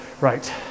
right